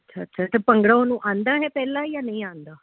ਅੱਛਾ ਅੱਛਾ ਅਤੇ ਭੰਗੜਾ ਉਹਨੂੰ ਆਉਂਦਾ ਹੈ ਪਹਿਲਾਂ ਜਾਂ ਨਹੀਂ ਆਉਂਦਾ